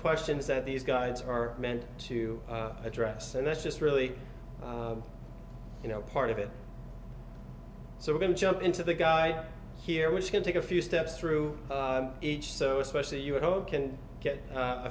questions that these guys are meant to address and that's just really you know part of it so we're going to jump into the guy here which can take a few steps through each so especially you hope can get a